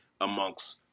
amongst